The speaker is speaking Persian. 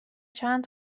چند